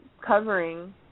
covering